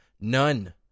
None